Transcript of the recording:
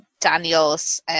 Daniel's